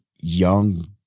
young